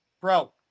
Bro